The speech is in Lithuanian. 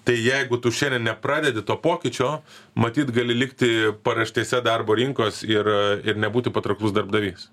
tai jeigu tu šiandien nepradedi to pokyčio matyt gali likti paraštėse darbo rinkos ir ir nebūti patrauklus darbdavys